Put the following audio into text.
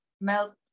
melt